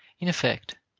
in effect,